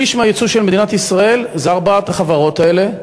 שליש מהיצוא של מדינת ישראל זה ארבע החברות האלה.